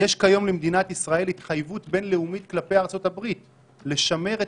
יש כיום למדינת ישראל התחייבות בינלאומית כלפי ארצות הברית לשמר את